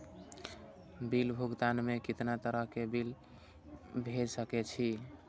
Bill भुगतान में कितना तरह के बिल भेज सके छी?